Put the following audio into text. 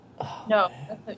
no